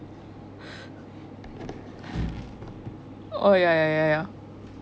oh ya ya ya